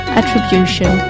attribution